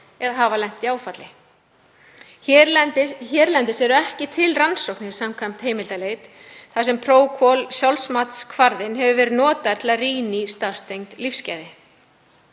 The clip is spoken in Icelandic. eða hafa lent í áfalli. Hérlendis eru ekki til rannsóknir, samkvæmt heimildaleit, þar sem ProQOL-sjálfsmatskvarðinn hefur verið notaður til að rýna í starfstengd lífsgæði.